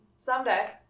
Someday